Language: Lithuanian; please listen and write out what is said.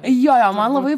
jo jo man labai